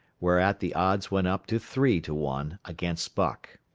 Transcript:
whereat the odds went up to three to one against buck.